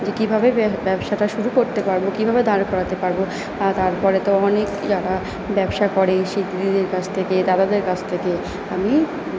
যে কীভাবে ব্যবসাটা শুরু করতে পারব কীভাবে দাঁড় করতে পারব তারপরে তো অনেক যারা ব্যবসা করে সেই দিদিদের কাছ থেকে দাদাদের কাছ থেকে আমি